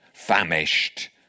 famished